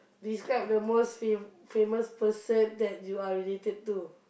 describe the most fav~ famous person that you are related to